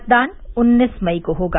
मतदान उन्नीस मई को होगा